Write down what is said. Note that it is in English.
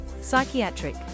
psychiatric